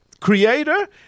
creator